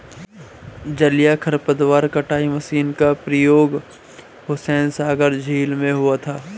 जलीय खरपतवार कटाई मशीन का प्रयोग हुसैनसागर झील में हुआ था